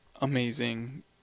amazing